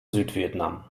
südvietnam